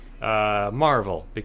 Marvel